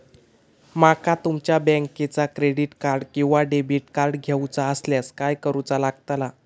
माका तुमच्या बँकेचा क्रेडिट कार्ड किंवा डेबिट कार्ड घेऊचा असल्यास काय करूचा लागताला?